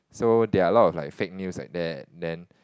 so there are a lot like fake news like that then